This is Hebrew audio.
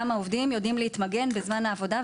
גם העובדים יודעים להתמגן בזמן העבודה,